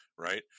Right